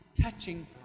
touching